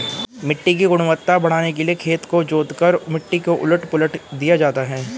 मिट्टी की गुणवत्ता बढ़ाने के लिए खेत को जोतकर मिट्टी को उलट पलट दिया जाता है